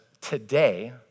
today